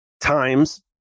times